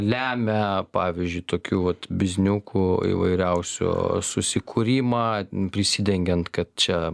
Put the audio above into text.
lemia pavyzdžiui tokių vat bizniukų įvairiausių susikūrimą prisidengiant kad čia